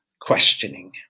questioning